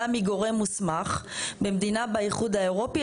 מגורם מוסמך במדינה באיחוד האירופי,